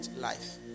life